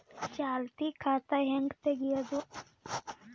ಚಾಲತಿ ಖಾತಾ ಹೆಂಗ್ ತಗೆಯದು?